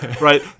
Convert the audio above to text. Right